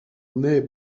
naît